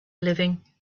living